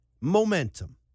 momentum